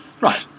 Right